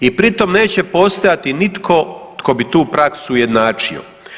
I pri tom neće postojati nitko tko bi tu praksu ujednačio.